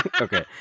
okay